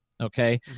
okay